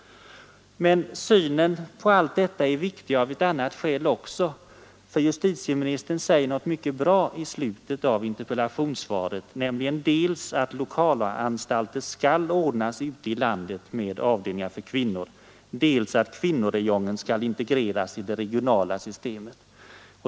Men synen på allt detta är viktig av ett annat skäl också. Justitieministern säger något mycket bra i slutet av interpellationssvaret, nämligen dels att lokalanstalter skall ordnas ute i landet med avdelningar för kvinnor, dels att kvinnoräjongen skall integreras i det regionala systemet.